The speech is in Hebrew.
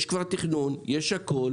יש כבר תכנון, יש הכל.